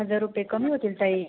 हजार रुपये कमी होतील ताई